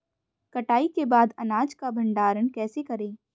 कटाई के बाद अनाज का भंडारण कैसे करें?